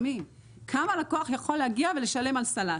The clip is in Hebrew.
כמה לקוח יכול להגיע ולשלם על סלט?